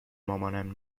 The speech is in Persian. مامانم